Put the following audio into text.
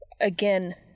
again